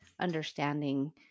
understanding